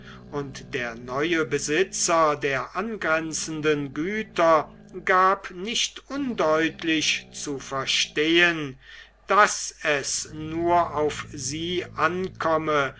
und der neue besitzer der angrenzenden güter gab nicht undeutlich zu verstehen daß es nur auf sie ankomme